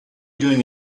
doing